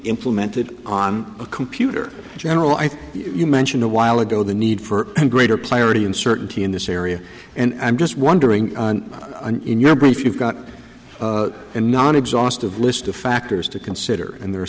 implemented on a computer in general i think you mentioned a while ago the need for greater priority and certainty in this area and i'm just wondering in your brain if you've got a non exhaustive list of factors to consider and there are